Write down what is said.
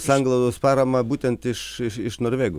sanglaudos paramą būtent norvegų iš iš norvegų